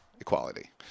equality